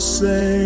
say